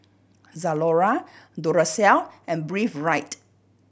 Zalora Duracell and Breathe Right